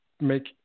make